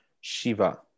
Shiva